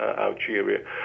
Algeria